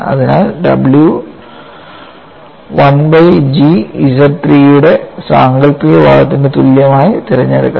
അതിനായി w 1 by G ZIII യുടെ സാങ്കൽപ്പിക ഭാഗത്തിന്റെ തുല്യമായി തിരഞ്ഞെടുക്കണം